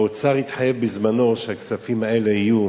האוצר התחייב בזמנו שהכספים האלה יהיו